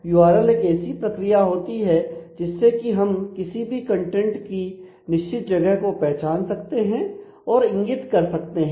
URL एक ऐसी प्रक्रिया होती है जिससे कि हम किसी भी कंटेंट की निश्चित जगह को पहचान सकते हैं और इंगित कर सकते हैं